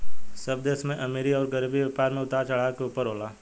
सब देश में अमीरी अउर गरीबी, व्यापार मे उतार चढ़ाव के ऊपर होला